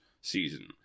season